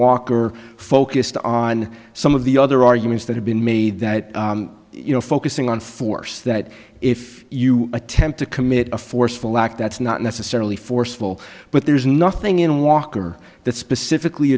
walker focused on some of the other arguments that have been made that you know focusing on force that if you attempt to commit a forceful act that's not necessarily forceful but there is nothing in walker that specifically